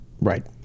Right